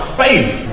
faith